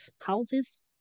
houses